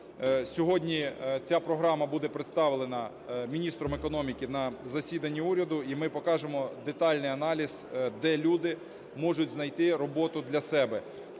Сьогодні ця програма буде представлена міністром економіки на засіданні уряду. І ми покажемо детальний аналіз, де люди можуть знайти роботу для себе.